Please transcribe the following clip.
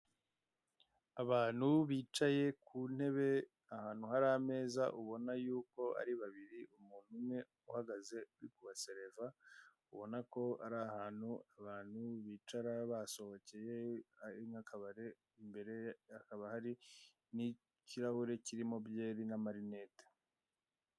Abantu bicaye ku ntebe ahantu hari ameza ubona yuko ari babiri, umuntu umwe uhagaze uri kubaseriva ubona ko ari ahantu abantu bicara basohokeye hari n'akabare, imbere hakaba hari n'ikirahure kirimo byeri n'amarinete.